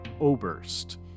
Oberst